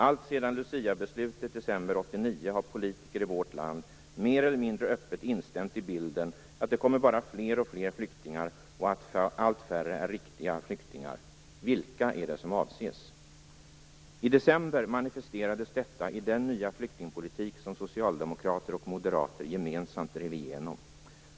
Alltsedan luciabeslutet i december 1989 har politiker i vårt land mer eller mindre öppet instämt i bilden att det kommer bara fler och fler flyktingar och att allt färre är riktiga flyktingar. Vilka är det som avses? I december manifesterades detta i den nya flyktingpolitik som socialdemokrater och moderater gemensamt drev igenom.